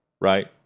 right